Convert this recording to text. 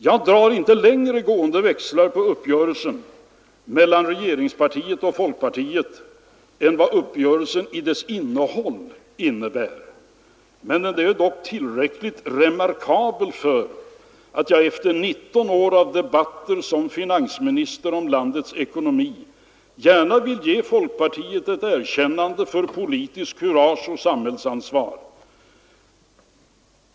Jag drar inte några längre gående växlar på uppgörelsen mellan regeringspartiet och folkpartiet än vad uppgörelsen i dess innehåll innebär. Men den är dock tillräckligt remarkabel för att jag efter 19 års debatter som finansminister om landets ekonomi gärna vill ge folkpartiet ett erkännande för politiskt kurage och samhällsansvar.